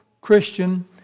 Christian